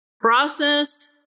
processed